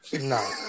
No